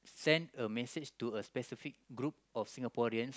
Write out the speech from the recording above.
send a message to a specific group of Singaporeans